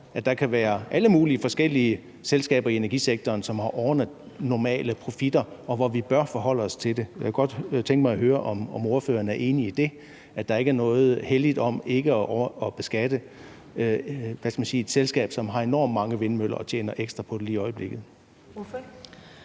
at der kan være alle mulige forskellige selskaber i energisektoren, som har overnormale profitter, og hvor vi bør forholde os til det. Jeg kunne godt tænke mig at høre, om ordføreren er enig i det, at der ikke er noget helligt i at beskatte et selskab, som har enormt mange vindmøller, og som tjener ekstra på det lige i øjeblikket.